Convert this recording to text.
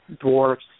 dwarfs